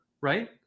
right